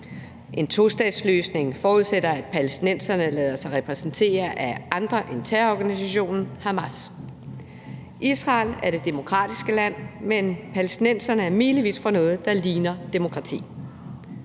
En tostatsløsning forudsætter, at palæstinenserne lader sig repræsentere af andre end terrororganisationen Hamas. Israel er det demokratiske land, mens palæstinenserne er milevidt fra noget, der ligner demokrati.